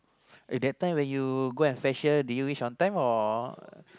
eh that time when you go and fetch her did you reach on time or